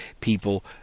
people